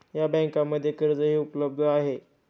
या बँकांमध्ये कर्जही उपलब्ध आहे